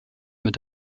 mit